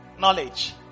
knowledge